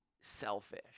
selfish